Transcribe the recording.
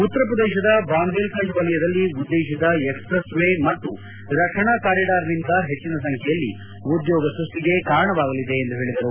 ಉತ್ತರ ಪ್ರದೇಶದ ಬಾಂದೇಲ್ ಖಂಡ್ ವಲಯದಲ್ಲಿ ಉದ್ದೇಶಿತ ಎಕ್ಸ್ಪ್ರೆಸ್ ವೇ ಮತ್ತು ರಕ್ಷಣಾ ಕಾರಿಡಾರ್ನಿಂದ ಹೆಚ್ಚಿನ ಸಂಖ್ಯೆಯಲ್ಲಿ ಉದ್ಲೋಗಸ್ಪಷ್ಷಿಗೆ ಕಾರಣವಾಗಲಿದೆ ಎಂದು ಹೇಳಿದರು